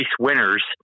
winners